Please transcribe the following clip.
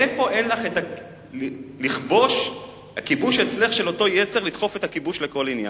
איך אין אצלך הכיבוש של אותו יצר לדחוף את הכיבוש לכל עניין?